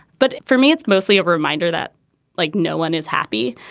but for me it's mostly a reminder that like no one is happy.